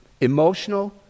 Emotional